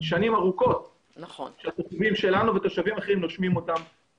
במשך שנים רבות התושבים שלנו ותושבים אחרים נושמים את המזהמים האלה.